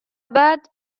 بعد